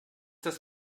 das